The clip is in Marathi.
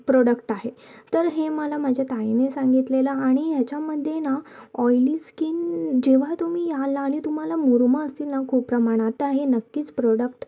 प्रोडक्ट आहे तर हे मला माझ्या ताईनी सांगितलेलं आणि याच्यामध्ये ना ऑइली स्किन जेव्हा तुम्ही याल आणि तुम्हाला मुरुमं असतील न खूप प्रमाणात तर हे नक्कीच प्रोडक्ट